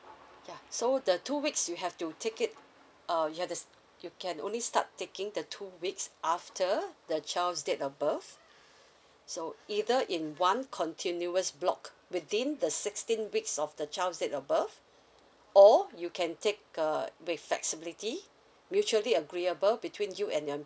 ya so the two weeks you have to take it uh you have to you can only start taking the two weeks after the child's date of birth so either in one continuous block within the sixteen weeks of the child seat above or you can take uh with flexibility mutually agreeable between you and your